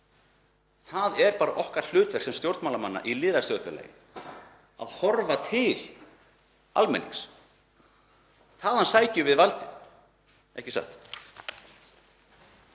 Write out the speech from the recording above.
Það er bara okkar hlutverk sem stjórnmálamanna í lýðræðisþjóðfélagi að horfa til almennings. Þaðan sækjum við valdið, ekki satt?